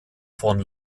von